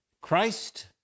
Christ